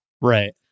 Right